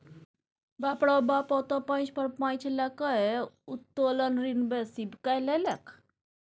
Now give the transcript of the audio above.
बाप रौ बाप ओ त पैंच पर पैंच लकए उत्तोलन ऋण बेसी कए लेलक